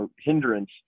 hindrance